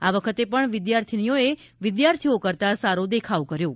આ વખતે પણ વિદ્યાર્થીનીઓએ વિદ્યાર્થીઓ કરતાં સારો દેખાવ કર્યો છે